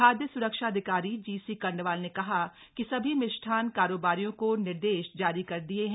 खाद्य स्रक्षा अधिकारी जी सी कंडवाल ने कहा कि सभी मिष्ठान कारोबारियों को निर्देश जारी कर दिए हैं